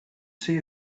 see